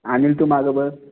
अनिल तू मागं बस